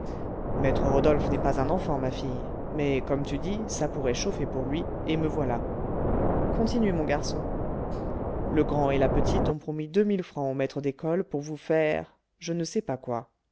maître rodolphe n'est pas un enfant ma fille mais comme tu dis ça pourrait chauffer pour lui et me voilà continue mon garçon le grand et la petite ont promis deux mille francs au maître d'école pour vous faire je ne sais pas quoi